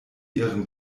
ihren